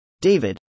David